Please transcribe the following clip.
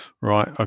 Right